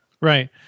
Right